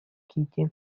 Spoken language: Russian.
кити